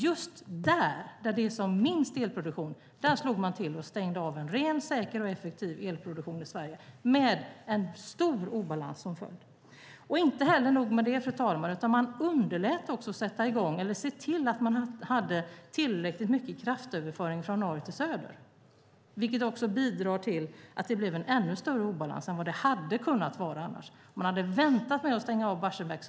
Just där det är som minst elproduktion, där slog man till och stängde en ren, säker och effektiv elproduktion, med en stor obalans som följd. Det är inte nog med det, fru talman, utan man underlät att se till att det fanns tillräckligt mycket kraftöverföring från norr till söder, vilket också bidrog till att det blev en ännu större obalans än vad det hade kunnat bli annars, om man hade väntat med att stänga Barsebäck.